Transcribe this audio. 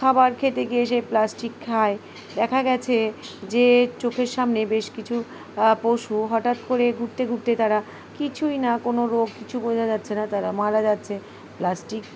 খাবার খেতে গিয়ে সে প্লাস্টিক খায় দেখা গেছে যে চোখের সামনে বেশ কিছু পশু হঠাৎ করে ঘুরতে ঘুরতে তারা কিছুই না কোনো রোগ কিছু বোঝা যাচ্ছে না তারা মারা যাচ্ছে প্লাস্টিক